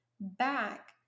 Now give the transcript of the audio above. back